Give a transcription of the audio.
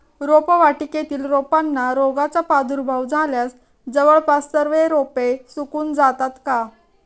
रोपवाटिकेतील रोपांना रोगाचा प्रादुर्भाव झाल्यास जवळपास सर्व रोपे सुकून जातात का?